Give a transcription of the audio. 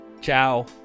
Ciao